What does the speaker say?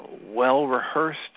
well-rehearsed